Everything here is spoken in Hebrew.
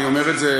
אני אומר את זה,